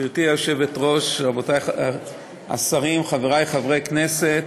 גברתי היושבת-ראש, רבותי השרים, חברי חברי הכנסת,